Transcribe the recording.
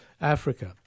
Africa